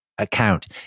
account